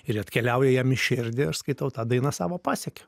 ir atkeliauja jam į širdį aš skaitau ta daina savo pasiekė